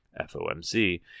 FOMC